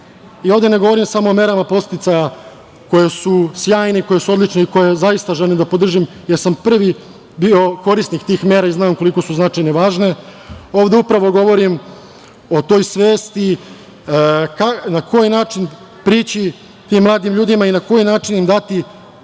Ovde ne govorim samo o merama podsticaja koje su sjajne, koje su odlične i koje zaista želim da podržim, jer sam prvi bio korisnik tih mera i znam koliko su značajne i važne. Ovde upravo govorim o toj svesti na koji način prići tim mladim ljudima i na koji način im dati